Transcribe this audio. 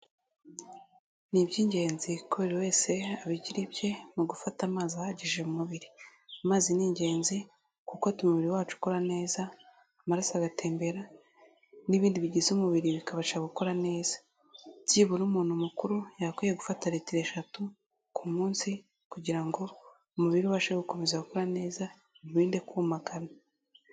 Ni iby'ingenzi ko buri wese abigira ibye mu gufata amazi ahagije mu mubiri. Amazi ni ingenzi kuko atuma umubiri wacu ukora neza, amaraso agatembera n'ibindi bigize umubiri bikabasha gukora neza. Byibura umuntu mukuru yagakwiye gufata litiro eshatu ku munsi kugira ngo umubiri we ubashe gukomeza gukora neza, bimurinde kumagara.